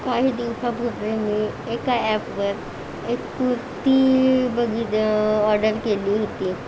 काही दिवसापूर्वी मी एका ॲपवर एक कुर्ती बघित ऑर्डर केली होती